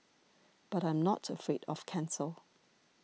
but I'm not afraid of cancer